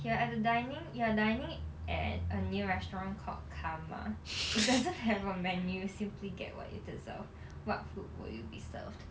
you're at the dining you're dining at a new restaurant called karma it doesn't have a menu simply get what you deserve what food will you be served